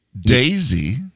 Daisy